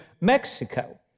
Mexico